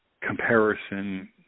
comparison